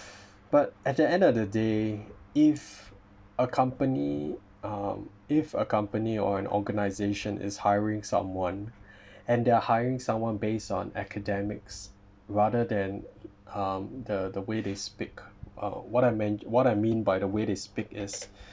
but at the end of the day if a company uh if a company or an organisation is hiring someone and they're hiring someone based on academics rather than um the the way they speak uh what I meant what I mean by the way they speak is